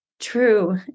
True